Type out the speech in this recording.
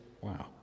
Wow